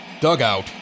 dugout